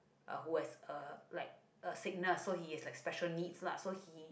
who has a like a sickness so he like special needs lah so he